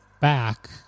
back